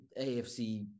AFC